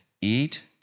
eat